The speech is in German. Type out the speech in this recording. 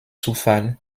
zufall